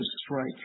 strike